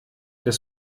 das